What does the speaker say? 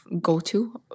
go-to